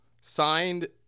signed